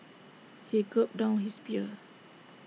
he gulped down his beer